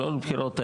לא לבחירות האלה.